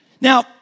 Now